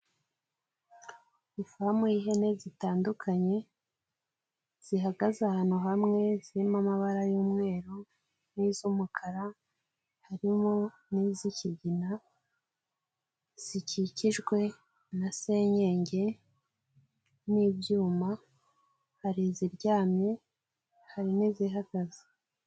Ifamu y'ihene zitandukanye zihagaze ahantu hamwe, zirimo amabara y'umweru n'iz'umukara, harimo n'izi'ikigina zikikijwe na senyenge n'ibyuma, hari iziryamye hari n'izihagaze.